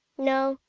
no.